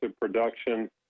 production